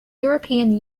european